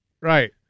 Right